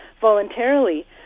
voluntarily